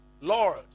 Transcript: Lord